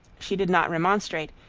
she did not remonstrate,